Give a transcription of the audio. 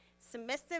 submissive